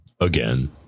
again